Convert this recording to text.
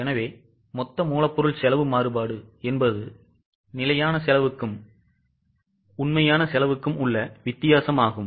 எனவே மொத்த மூலப்பொருள் செலவு மாறுபாடு என்பது நிலையான செலவுக்கும் உண்மையான செலவுக்கும் உள்ள வித்தியாசமாகும்